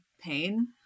pain